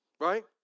right